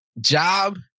job